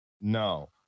No